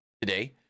Today